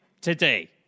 today